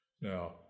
Now